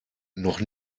noch